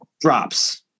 drops